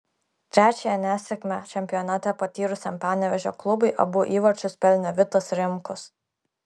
trečiąją nesėkmę čempionate patyrusiam panevėžio klubui abu įvarčius pelnė vitas rimkus